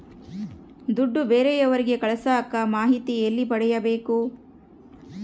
ದುಡ್ಡು ಬೇರೆಯವರಿಗೆ ಕಳಸಾಕ ಮಾಹಿತಿ ಎಲ್ಲಿ ಪಡೆಯಬೇಕು?